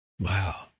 Wow